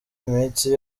iminsi